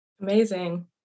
Amazing